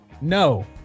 No